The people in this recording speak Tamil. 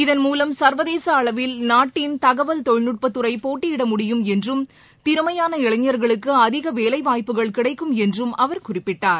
இதன்மூலம் சர்வதேசஅளவில் நாட்டின் தகவல் தொழில்நுட்பதுறைபோட்டியிட முடியும் என்றும் திறமையான இளைஞர்களுக்குஅதிகவேலைவாய்ப்புகள் கிடைக்கும் என்றும் அவர் குறிப்பிட்டார்